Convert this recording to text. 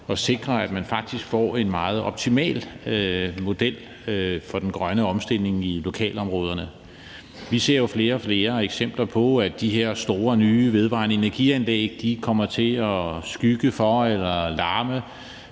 og sikre, at man faktisk får en meget optimal model for den grønne omstilling i lokalområderne. Vi ser jo flere og flere eksempler på, at de her store nye vedvarende energianlæg kommer til at skygge for eller larme